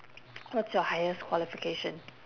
what's your highest qualification